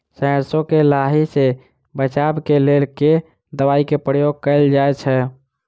सैरसो केँ लाही सऽ बचाब केँ लेल केँ दवाई केँ प्रयोग कैल जाएँ छैय?